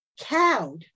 cowed